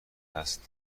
است